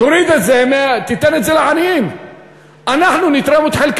תוריד את זה, תיתן את זה לעניים.